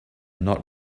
not